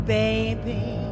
baby